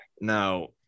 now